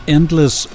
Endless